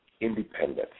independence